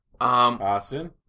Austin